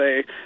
say